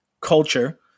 culture